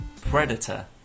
Predator